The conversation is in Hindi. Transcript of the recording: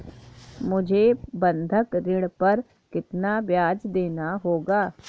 मुझे बंधक ऋण पर कितना ब्याज़ देना होगा?